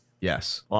Yes